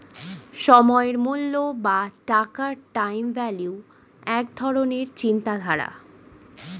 সময়ের মূল্য বা টাকার টাইম ভ্যালু এক ধরণের চিন্তাধারা